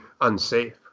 unsafe